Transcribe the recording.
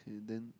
okay then